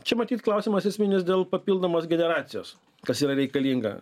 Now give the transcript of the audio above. čia matyt klausimas esminis dėl papildomos generacijos kas yra reikalinga